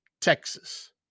Texas